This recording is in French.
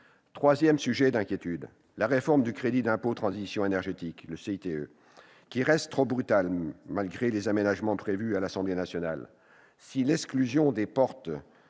Troisième sujet d'inquiétude : la réforme du crédit d'impôt pour la transition énergétique, le CITE, reste trop brutale malgré les aménagements prévus par l'Assemblée nationale.